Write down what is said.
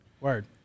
word